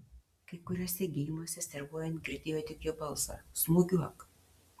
kai kuriuose geimuose servuojant girdėjo tik jo balsą smūgiuok